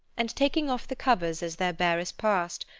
and taking off the covers as their bearers passed,